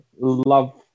love